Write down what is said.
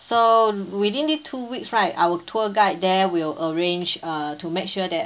so within this two weeks right our tour guide there will arrange err to make sure that